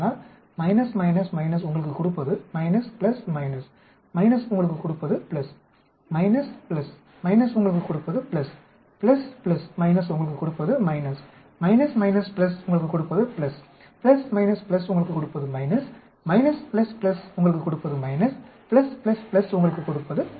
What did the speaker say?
அதனால் உங்களுக்குக் கொடுப்பது உங்களுக்குக் கொடுப்பது உங்களுக்குக் கொடுப்பது உங்களுக்குக் கொடுப்பது உங்களுக்கு கொடுப்பது உங்களுக்குக் கொடுப்பது உங்களுக்குக் கொடுப்பது உங்களுக்குக் கொடுப்பது